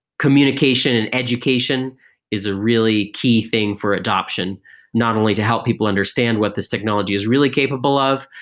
communication and education is a really key thing for adoption not only to help people understand what this technology is really capable of,